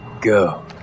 go